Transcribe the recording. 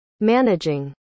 managing